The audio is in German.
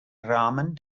rahmen